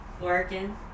working